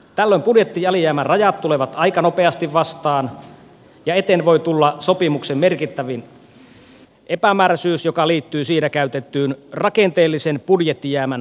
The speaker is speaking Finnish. tällöin budjettialijäämän rajat tulevat aika nopeasti vastaan ja eteen voi tulla sopimuksen merkittävin epämääräisyys joka liittyy siinä käytettyyn rakenteellisen budjettijäämän käsitteeseen